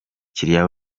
bakiriya